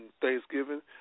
Thanksgiving